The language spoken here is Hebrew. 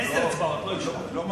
עם עשר אצבעות, לא עם שתיים.